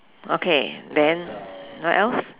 okay then what else